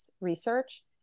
Research